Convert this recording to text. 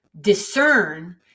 discern